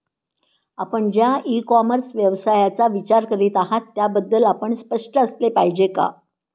आपण ज्या ecommerce व्यवसायाचा विचार करीत आहात त्याबद्दल आपण स्पष्ट असले पाहिजे का?